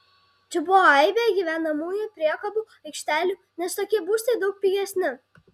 čia buvo aibė gyvenamųjų priekabų aikštelių nes tokie būstai daug pigesni